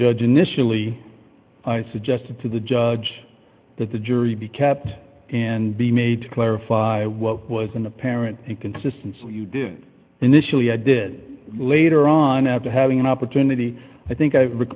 judge initially i suggested to the judge that the jury be kept and be made to clarify what was an apparent inconsistency you did initially i did later on after having an opportunity i think i